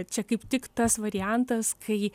čia kaip tik tas variantas kai